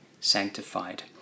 sanctified